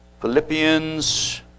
Philippians